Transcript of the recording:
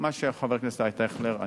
מה שחבר כנסת אייכלר.